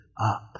up